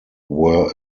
were